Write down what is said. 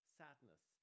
sadness